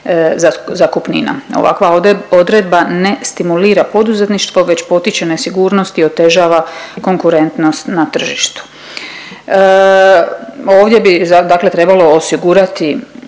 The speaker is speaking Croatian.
zakupnina. Ovakva odredba ne stimulira poduzetništvo već potiče nesigurnost i otežava konkurentnost na tržištu. Ovdje bi dakle trebalo osigurati